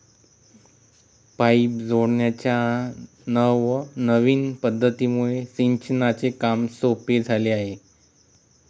pipe जोडण्याच्या नवनविन पध्दतीमुळे सिंचनाचे काम सोपे झाले आहे